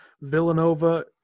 Villanova